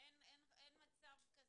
אין מצב כזה.